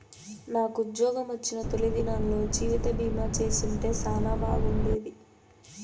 నాకుజ్జోగమొచ్చిన తొలి దినాల్లో జీవితబీమా చేసుంటే సానా బాగుండేది